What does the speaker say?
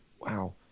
wow